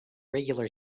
regular